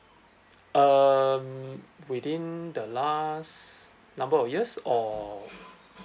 um within the last number of years or